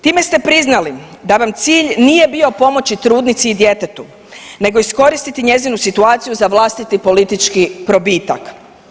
Time ste priznali da vam cilj nije bio pomoći trudnici i djetetu nego iskoristiti njezinu situaciju za vlastiti politički probitak.